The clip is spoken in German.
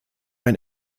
ein